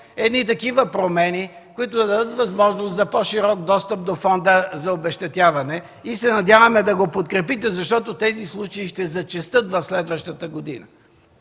едни такива промени, които да дадат възможност за по-широк достъп до фонда за обезщетяване и се надяваме да го подкрепите, защото тези случаи ще зачестят в следващата година.